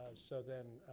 so then,